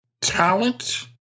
talent